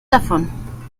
davon